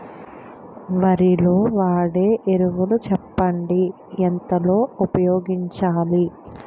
వరిలో వాడే ఎరువులు చెప్పండి? ఎంత లో ఉపయోగించాలీ?